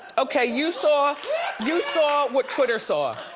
okay, you saw you saw what twitter saw.